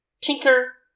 Tinker